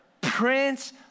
Prince